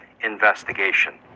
investigation